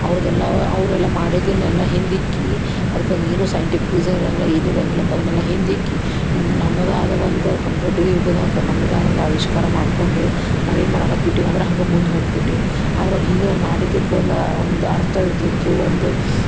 ಅವ್ರ್ದೆಲ್ಲ ಅವರೆಲ್ಲ ಮಾಡಿದ್ದನ್ನೆಲ್ಲ ಹಿಂದಿಕ್ಕೆ ಅದಕ್ಕೊಂದು ಏನೋ ಸೈಂಟಿಪಿಕ್ ರೀಸನ್ ಇರೋಂಗಿಲ್ಲ ಏನು ಇರೋಂಗಿಲ್ಲ ಅಂತ ಅದನ್ನೆಲ್ಲ ಹಿಂದಿಕ್ಕಿ ನಮ್ಮದಾದ ಒಂದು ಕಂಪ್ಯೂಟ್ರ್ ಯುಗದಾಗ ನಮ್ಮದಾದ ಒಂದು ಆವಿಷ್ಕಾರ ಮಾಡಿಕೊಂಡು ನಾವು ಏನು ಮಾಡಾಕ್ಕತ್ಬಿಟ್ಟೀವಿ ಅಂದ್ರೆ ಹಂಗೆ ಮುಂದೆ ಹೊಂಟ್ಬಿಟ್ಟು ಆದ್ರೆ ಅವ್ರ ಹಿಂದಿನವ್ರು ಮಾಡಿದ್ದಕ್ಕೆ ಒಂದು ಒಂದು ಅರ್ಥ ಇರ್ತಿತ್ತು ಒಂದು